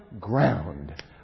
ground